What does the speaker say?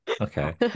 Okay